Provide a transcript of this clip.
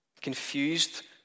Confused